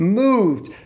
moved